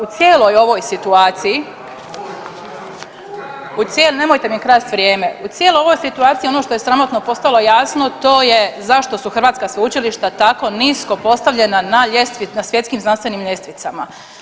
U cijeloj ovoj situaciji, ... [[Upadica se ne čuje.]] u cijeloj, nemojte mi krasti vrijeme, u cijeloj ovoj situaciji, ono što je sramotno postalo jasno, to je zašto su hrvatska sveučilišta tako nisko postavljena na, na svjetskim znanstvenim ljestvicama.